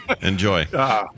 enjoy